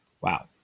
Wow